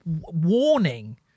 Warning